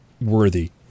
worthy